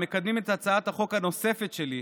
מקדמים את הצעת החוק הנוספת שלי,